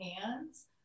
hands